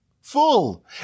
full